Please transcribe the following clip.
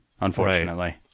unfortunately